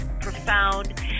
profound